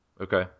Okay